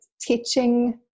teaching